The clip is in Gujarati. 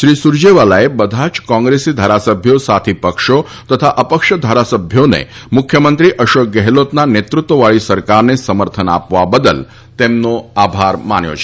શ્રી સુરજેવાલાએ બધા જ કોંગ્રેસી ધારાસભ્યો સાથી પક્ષો તથા અપક્ષ ધારાસભ્યોને મુખ્યમંત્રી અશોક ગેહલોતના નેતૃત્વવાળી સરકારને સમર્થન આપવા બદલ તેમનો આભાર માન્યો છે